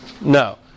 No